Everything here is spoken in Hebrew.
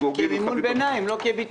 כמימון ביניים, לא כביטול.